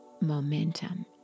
momentum